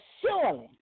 surely